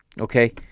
okay